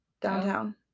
Downtown